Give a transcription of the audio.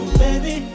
baby